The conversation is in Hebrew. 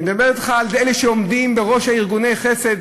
אני מדבר אתך על אלה שעומדים בראש ארגוני חסד,